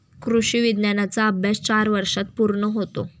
कृषी विज्ञानाचा अभ्यास चार वर्षांत पूर्ण होतो